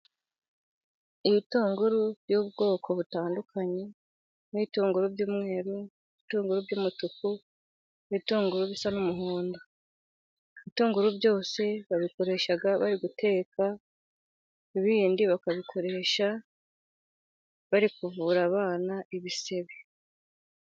Ibitunguru by'ubwoko butandukanye, n'ibitunguru ry'umweru, ibitunguru by'umutuku, ibitunguru bisa n'umuhondo, ibitunguru byose babikoresha bari guteka, ibindi bakabikoresha bari kuvura abana ibisebe.